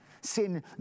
Sin